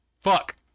Fuck